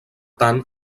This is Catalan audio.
tant